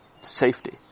safety